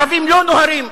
ערבים לא נוהרים,